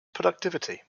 productivity